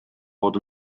fod